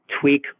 tweak